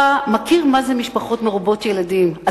אתה מכיר מה זה משפחות מרובות ילדים,